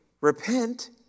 repent